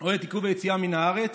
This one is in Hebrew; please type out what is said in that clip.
או את עיכוב היציאה מן הארץ,